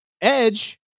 edge